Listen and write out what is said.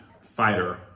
fighter